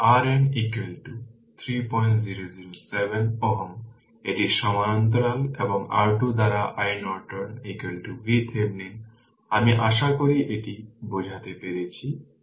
এবং R n 3007 Ω এটি সমান্তরাল এবং R2 দ্বারা iNorton VThevenin আমি আশা করি এটি বুঝতে পেরেছো